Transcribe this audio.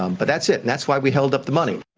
um but that's it. that's why we held up the money.